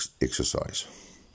exercise